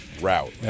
route